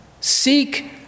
Seek